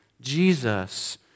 Jesus